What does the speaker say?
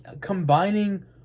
combining